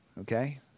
okay